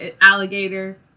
alligator